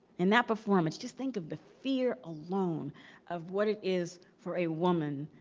in that performance, just think of the fear alone of what it is for a woman,